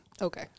Okay